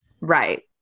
Right